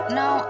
no